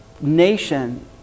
nation